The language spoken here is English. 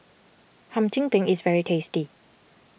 Hum Chim Peng is very tasty